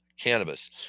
cannabis